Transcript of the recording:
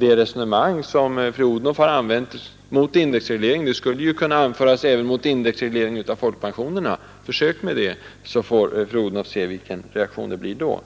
Det resonemang som fru Odhnoff här har fört mot indexreglering av barnbidragen skulle ju kunna föras även mot indexregleringen av folkpensionerna. Försök med det, så får fru Odhnoff se vilken reaktionen blir!